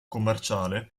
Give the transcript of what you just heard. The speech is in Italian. commerciale